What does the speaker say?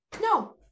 No